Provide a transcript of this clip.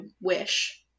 wish